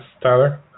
Tyler